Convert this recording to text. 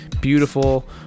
beautiful